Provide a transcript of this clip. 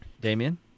Damien